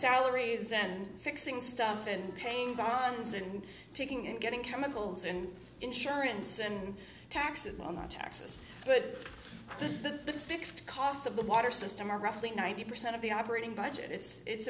salaries and fixing stuff and paying bonds and taking and getting chemicals and insurance and taxes on the taxes but the fixed costs of the water system are roughly ninety percent of the operating budget it's it's